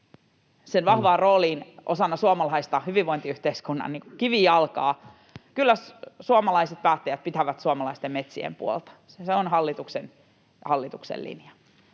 vahvaan rooliin osana suomalaista hyvinvointiyhteiskunnan kivijalkaa. Kyllä suomalaiset päättäjät pitävät suomalaisten metsien puolta. Se on hallituksen linja,